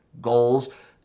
goals